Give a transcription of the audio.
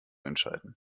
entscheiden